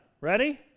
Ready